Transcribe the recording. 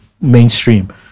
mainstream